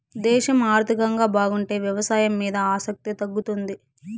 దేశం ఆర్థికంగా బాగుంటే వ్యవసాయం మీద ఆసక్తి తగ్గుతుంది